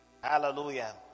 Hallelujah